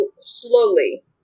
slowly